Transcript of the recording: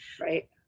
Right